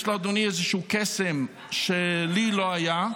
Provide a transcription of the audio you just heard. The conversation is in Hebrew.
יש לאדוני איזשהו קסם שלי לא היה,